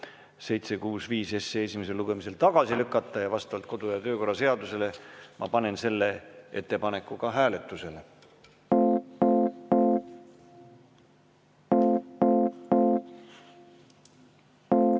765 esimesel lugemisel tagasi lükata. Vastavalt kodu- ja töökorra seadusele ma panen selle ettepaneku hääletusele.